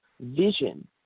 vision